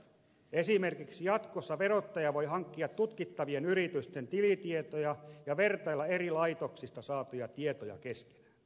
esimerkiksi jatkossa verottaja voi hankkia tutkittavien yritysten tilitietoja ja vertailla eri laitoksista saatuja tietoja keskenään